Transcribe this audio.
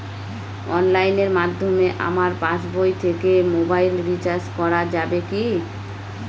অনলাইনের মাধ্যমে আমার পাসবই থেকে মোবাইল রিচার্জ করা যাবে কি?